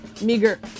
meager